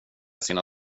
sina